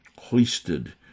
hoisted